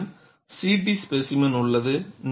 என்னிடம் CT specimen உள்ளது